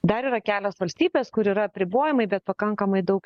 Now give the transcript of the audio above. dar yra kelios valstybės kur yra apribojimai bet pakankamai daug